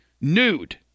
nude